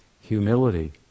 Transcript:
humility